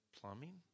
Plumbing